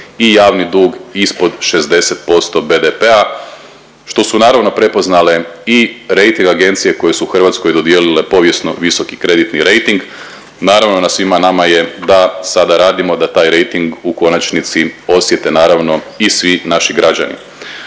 i javni dug ispod 60% BDP-a što su naravno prepoznale i rejting agencije koje su Hrvatskoj dodijelile povijesno visoki kreditni rejting. Naravno na svima nama je da sada radimo da taj rejting u konačnici osjete naravno i svi naši građani.